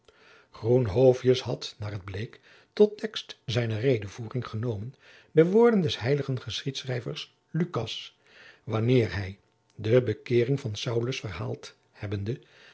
had naar het bleek tot tekst zijner redevoering genomen de woorden des heiligen geschiedschrijvers lucas wanneer hij de jacob van lennep de pleegzoon bekeering van saulus verhaald hebbende